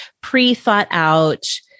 pre-thought-out